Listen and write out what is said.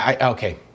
Okay